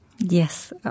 Yes